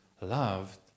loved